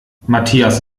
matthias